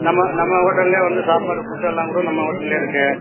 நம்ம நம்ம ஹோட்டல்லே வந்து சாப்பாடு ஃபுட்டெல்லாம் கூட நம்ம ஹோட்டல்லே இருக்குது